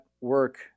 work